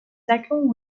second